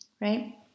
right